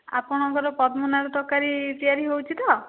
ଆପଣଙ୍କର ପଦ୍ମନାଡ଼ ତରକାରୀ ତିଆରି ହେଉଛି ତ